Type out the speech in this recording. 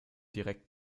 direkt